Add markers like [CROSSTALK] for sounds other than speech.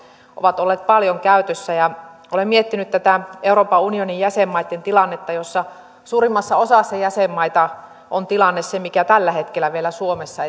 ovat olleet paljon käytössä ja olen miettinyt tätä euroopan unionin jäsenmaitten tilannetta suurimmassa osassa jäsenmaita on tilanne se mikä tällä hetkellä meillä suomessa [UNINTELLIGIBLE]